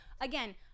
again